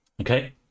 Okay